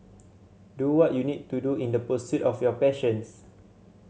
do what you need to do in the pursuit of your passions